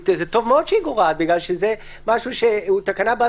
טוב מאוד שהיא גורעת בגלל שהיא תקנה בת